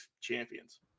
champions